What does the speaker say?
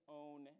own